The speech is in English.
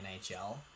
NHL